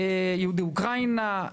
יהודי אוקראינה,